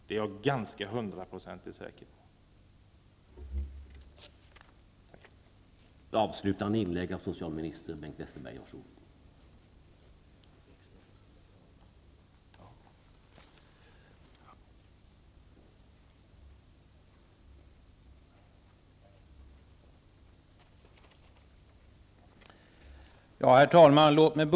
Det är jag nästan hundraprocentigt säker på.